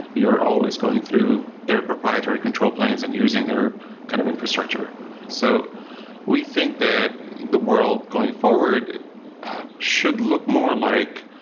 you are always going through their proprietary control planes and using their kind of infrastructure so we think that the world going forward should look more like,